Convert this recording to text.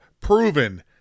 proven